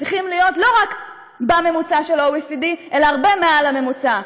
צריכים להיות לא רק בממוצע של ה-OECD אלא הרבה מעל הממוצע.